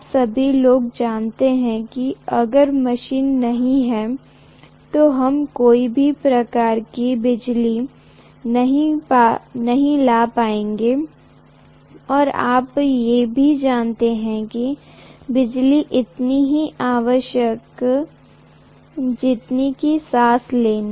आप सभी लोग जानते हैं कि अगर मशीनें नहीं हैं तो हम कोई भी प्रकार की बिजली नहीं ला पाएंगे और आप ये भी जानते हैं कि बिजली उतनी ही आवश्यक जितना कि सांस लेना